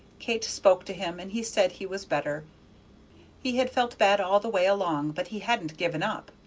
kate spoke to him, and he said he was better he had felt bad all the way along, but he hadn't given up.